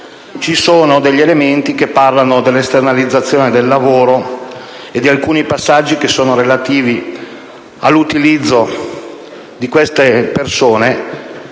ci sono degli elementi che parlano dell'esternalizzazione del lavoro e alcuni passaggi relativi all'utilizzo di queste persone